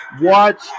watch